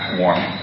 warm